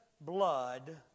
blood